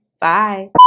bye